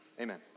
amen